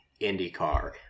IndyCar